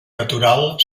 natural